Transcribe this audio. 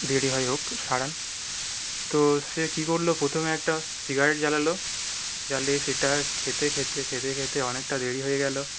দেরি হয় হোক সারান তো সে কি করলো প্রথমে একটা সিগারেট জ্বালাল জ্বালিয়ে সেটা খেতে খেতে খেতে খেতে অনেকটা দেরি হয়ে গেল